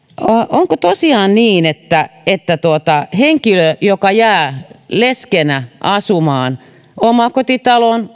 onko tosiaan oikeudenmukaista että henkilö joka jää leskenä asumaan omakotitaloon